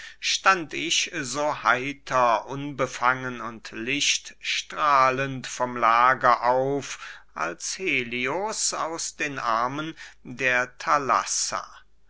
stand ich so heiter unbefangen und lichtstrahlend vom lager auf als helios aus den armen der thalassa